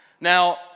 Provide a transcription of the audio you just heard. Now